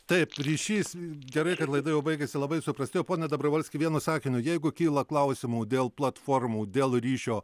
taip ryšys gerai kad laida jau baigiasi labai suprastėjo pone dabravolski vienu sakiniu jeigu kyla klausimų dėl platformų dėl ryšio